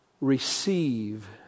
receive